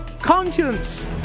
conscience